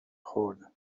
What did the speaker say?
خوردن